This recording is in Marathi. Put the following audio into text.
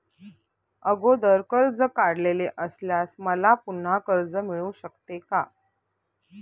अगोदर कर्ज काढलेले असल्यास मला पुन्हा कर्ज मिळू शकते का?